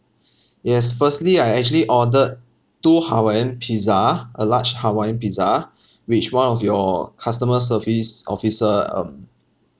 yes firstly I actually ordered two hawaiian pizza uh large hawaiian pizza which one of your customer service officer um